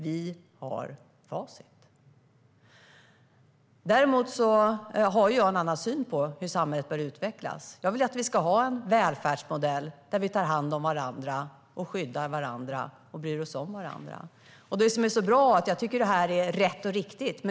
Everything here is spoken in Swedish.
Vi har facit. Jag har en annan syn på hur samhället bör utvecklas. Jag vill att vi ska ha en välfärdsmodell där vi tar hand om varandra, skyddar varandra och bryr oss om varandra. Det är rätt och riktigt.